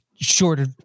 shorter